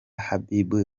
habib